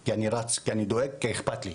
כי אני רץ, כי אני דואג ואכפת לי.